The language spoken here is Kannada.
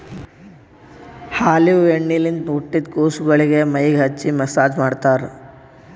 ಆಲಿವ್ ಎಣ್ಣಿಲಿಂತ್ ಹುಟ್ಟಿದ್ ಕುಸಗೊಳಿಗ್ ಮೈಗ್ ಹಚ್ಚಿ ಮಸ್ಸಾಜ್ ಮಾಡ್ತರ್